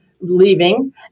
leaving